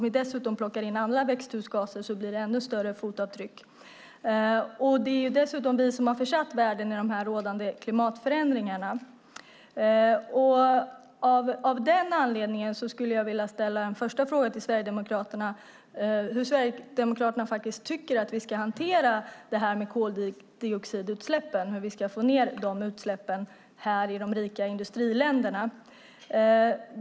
Om vi plockar in alla växthusgaser blir det ännu större fotavtryck. Det är dessutom vi som har försatt världen i dessa rådande klimatförändringar. Av denna anledning skulle jag vilja ställa en första fråga till Sverigedemokraterna om hur de faktiskt tycker att vi ska hantera koldioxidutsläppen. Hur ska vi få ner dessa utsläpp här i de rika industriländerna?